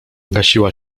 gasiła